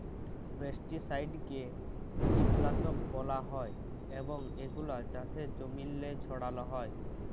পেস্টিসাইডকে কীটলাসক ব্যলা হ্যয় এবং এগুলা চাষের জমিল্লে ছড়াল হ্যয়